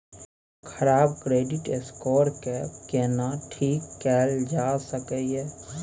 खराब credit score के केना ठीक कैल जा सकै ये?